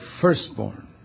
firstborn